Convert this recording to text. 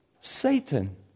Satan